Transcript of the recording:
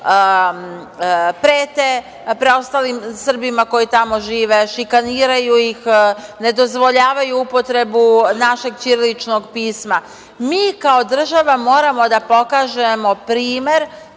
prete preostalim Srbima koji tamo žive, šikaniraju ih, ne dozvoljavaju upotrebu našeg ćiriličnog pisma. Mi kao država moramo da pokažemo primer